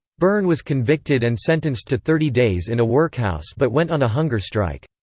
byrne was convicted and sentenced to thirty days in a workhouse but went on a hunger strike.